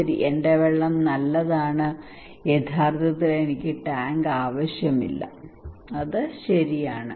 ശരി എന്റെ വെള്ളം നല്ലതാണ് യഥാർത്ഥത്തിൽ എനിക്ക് ടാങ്ക് ആവശ്യമില്ല അത് ശരിയാണ്